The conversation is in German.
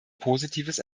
positives